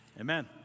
amen